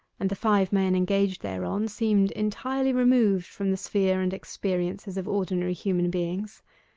and the five men engaged thereon seemed entirely removed from the sphere and experiences of ordinary human beings.